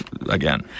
again